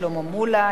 שלמה מולה,